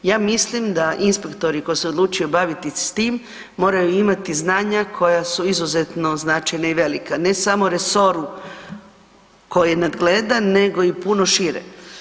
Ja mislim da inspektori koji su se odlučili baviti s tim moraju imati znanja koja su izuzetno značajna i velika, ne samo u resoru koji nadgleda nego i puno šire.